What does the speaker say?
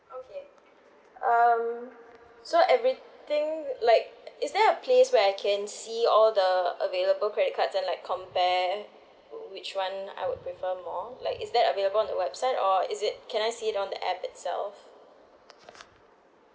okay um so everything like is there a place where I can see all the available credit cards and like compare which one I would prefer more like is that available on your website or is it can I see on the app itself